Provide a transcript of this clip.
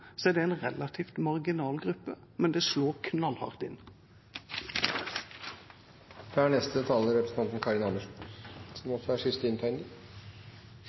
er det en relativt marginal gruppe, men det slår knallhardt inn. Grunnen til at jeg tar ordet, er den problemstillingen som